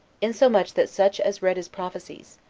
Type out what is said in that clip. insomuch that such as read his prophecies,